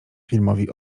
filmowi